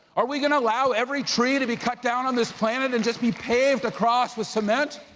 are we gonna allow every tree to be cut down on this planet and just be paved across with cement?